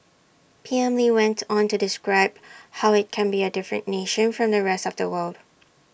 P M lee went on to describe how IT can be A different nation from the rest of the world